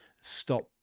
stop